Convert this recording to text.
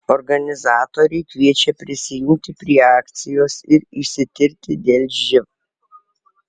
organizatoriai kviečia prisijungti prie akcijos ir išsitirti dėl živ